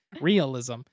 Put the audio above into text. Realism